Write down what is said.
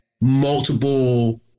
multiple